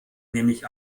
nämlich